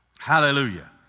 Hallelujah